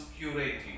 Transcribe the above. curating